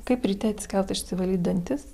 kaip ryte atsikelt išsivalyt dantis